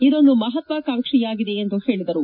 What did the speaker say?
ಇದೊಂದು ಮಹತ್ವಾಕಾಂಕ್ಷೆಯಾಗಿದೆ ಎಂದು ಹೇಳಿದರು